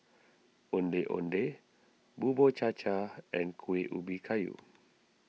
Ondeh Ondeh Bubur Cha Cha and Kuih Ubi Kayu